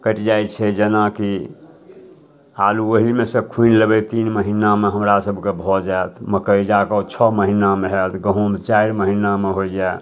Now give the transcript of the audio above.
कटि जाइ छै जेनाकि आलू ओहिमेसँ खुनि लेबै तीन महिनामे हमरासभके भऽ जाएत मकइ जाकऽ छओ महिनामे हैत गहूम चारि महिनामे होइए